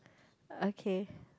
okay